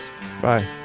Bye